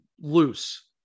loose